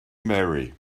marry